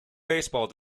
baseball